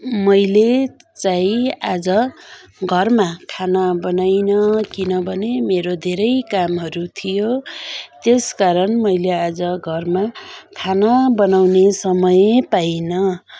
मैले चाहिँ आज घरमा खाना बनाइनँ किनभने मेरो धेरै कामहरू थियो त्यस कारण मैले आज घरमा खाना बनाउने समय पाइनँ